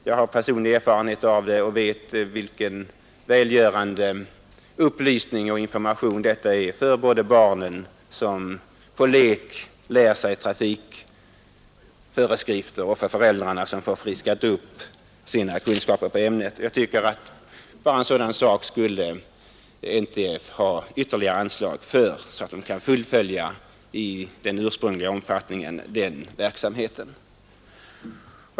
Jag har personlig erfarenhet av denna verksamhet och vet vilken välgörande information som där ges både till barnen, som på lek lär sig trafikföreskrifter, och för föräldrarna, som får sina kunskaper i ämnet uppfriskade. För en sådan sak borde NTF ha ytterligare anslag så att man kan fullfölja verksamheten i den ursprungligen planerade omfattningen.